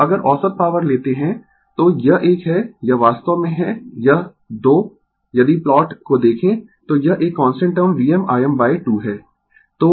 तो अगर औसत पॉवर लेते है तो यह एक है यह वास्तव में है यह 2 यदि प्लॉट को देखें तो यह एक कांस्टेंट टर्म VmIm 2 है